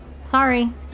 Sorry